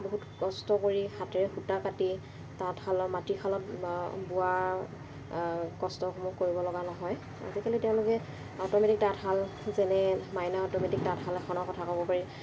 বহুত কষ্ট কৰি হাতেৰে সূতা কাটি তাঁতশালত মাটিৰ শালত বোৱা কষ্টসমূহ কৰিব লগা নহয় আজিকালি তেওঁলোকে অট'মেটিক তাঁতশাল যেনে মাইনা অট'মেটিক তাঁতশাল এখনৰ কথা ক'ব পাৰি